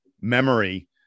memory